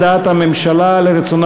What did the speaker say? הנושא הבא הוא הודעת הממשלה על רצונה